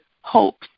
hopes